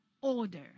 order